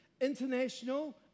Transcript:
international